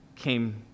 came